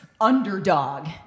underdog